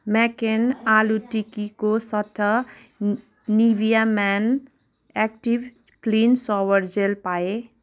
McCain आलु टिक्कीको सट्टा Nivea men active clean shower gel पाएँ